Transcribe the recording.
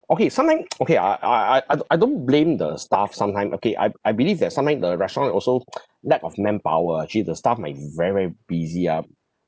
okay some time okay I I I I d~ I don't blame the staff some time okay I I believe that some time the restaurant also lack of manpower ah actually the staff might be very very busy ah